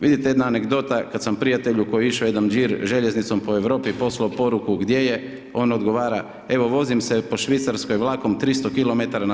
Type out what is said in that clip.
Vidite jedna anegdota, kada sam prijatelju koji je išao jedan đir željeznicom po Europi, poslao poruku gdje je on odgovara, evo vozim se po Švicarskoj vlakom 300 km/